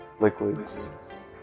liquids